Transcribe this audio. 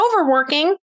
overworking